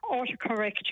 autocorrect